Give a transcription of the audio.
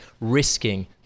risking